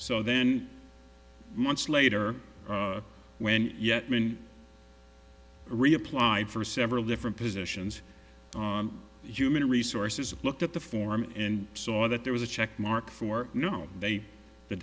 so then months later when yet reapply for several different positions on human resources looked at the form and saw that there was a check mark for you know they the